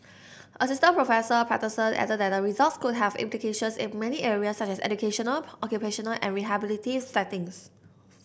Assistant Professor Patterson added that the results could have implications in many areas such as educational occupational and rehabilitative settings